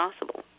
possible